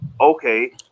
okay